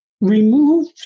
remove